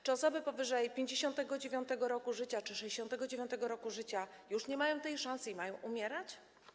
Czy osoby powyżej 59. roku życia czy 69. roku życia już nie mają tej szansy i mają umierać?